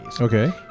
Okay